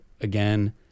again